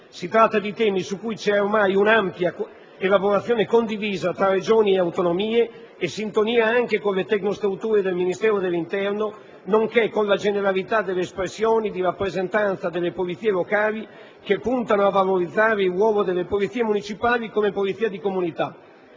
Si tratta di temi su cui c'è ormai un'ampia elaborazione condivisa tra Regioni e autonomie e anche sintonia con le tecnostrutture del Ministero dell'interno, nonché con la generalità delle espressioni di rappresentanza delle polizie locali che puntano a valorizzare in luogo delle polizie municipali le polizie di comunità;